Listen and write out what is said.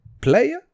player